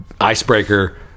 icebreaker